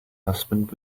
husband